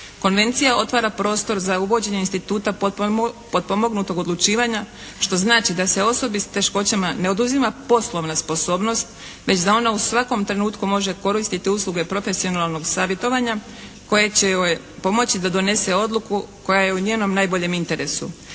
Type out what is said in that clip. Konvencija otvara prostor za uvođenje instituta potpomognutog odlučivanja što znači da se osobi s teškoćama ne oduzima poslovna sposobnost već da ona u svakom trenutku može koristiti usluge profesionalnog savjetovanja koje će joj pomoći da donese odluku koja je u njenom najboljem interesu.